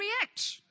react